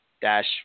dash